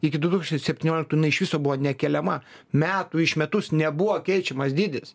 iki du tūkstančiai septynioliktųjų jinai iš viso buvo nekeliama metų iš metus nebuvo keičiamas dydis